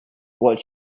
what